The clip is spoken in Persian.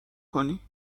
کنی